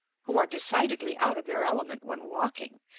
who are decidedly out of their element when walking,